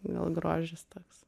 gal grožis toks